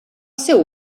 seu